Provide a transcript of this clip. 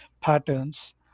patterns